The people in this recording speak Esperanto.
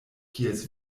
kies